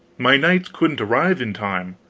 my knights couldn't arrive in time.